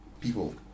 people